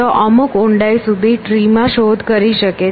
તેઓ અમુક ઊંડાઈ સુધી ટ્રી માં શોધ કરી શકે છે